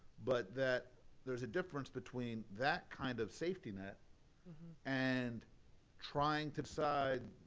but that there's a difference between that kind of safety net and trying to decide,